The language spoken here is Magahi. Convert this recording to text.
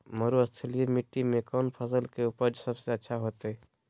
मरुस्थलीय मिट्टी मैं कौन फसल के उपज सबसे अच्छा होतय?